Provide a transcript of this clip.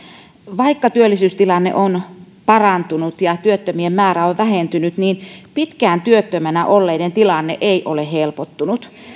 vaikka työllisyystilanne on parantunut ja työttömien määrä on vähentynyt pitkään työttömänä olleiden tilanne ei ole helpottunut